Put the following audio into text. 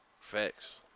Facts